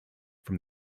from